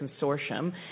consortium